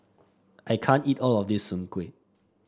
I can't eat all of this Soon Kuih